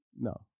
no